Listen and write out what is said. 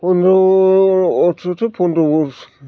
फनद्र अनथ'थ' फनद्र